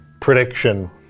prediction